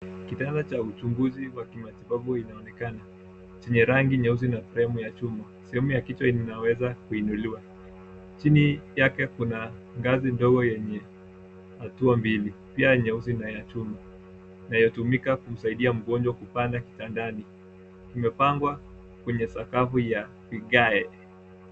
Kitanda cha uchunguzi wa kimatibabu inaonekana chenye rangi nyeusi na fremu ya chuma. Sehemu ya kichwa inaweza kuinuliwa, chini yake kuna ngazi ndogo yenye hatua mbili pia nyeusi na ya chuma, inayotumika kusaidia mgonjwa kupanda kitandani, imepangwa kwenye sakafu ya vigae.